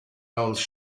else